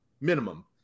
Minimum